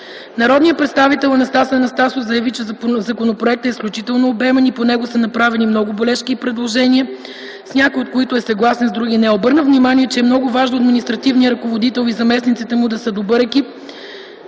Народният представител Анастас Анастасов заяви, че законопроектът е изключително обемен и по него са направени много бележки и предложения, с някои от които е съгласен, с други - не. Обърна внимание, че е много важно административният ръководител и заместниците му да са добър екип,